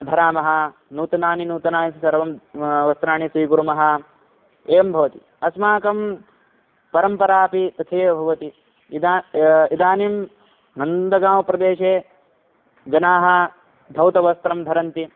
धरामः नूतनानि नूतनानि सर्वाणि वस्त्राणि स्वीकुर्मः एवं भवति अस्माकं परम्परा अपि तथैव भवति इदानीम् इदानीं नन्दगाव् प्रदेशे जनाः धौतवस्त्रं धरन्ति